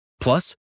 Plus